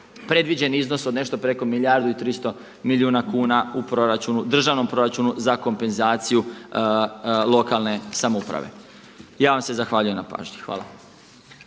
predviđen iznos od nešto preko milijardu i tristo milijuna kuna u državnom proračunu za kompenzaciju lokalne samouprave. Ja vam se zahvaljujem na pažnji. Hvala.